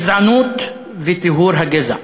גזענות וטיהור הגזע.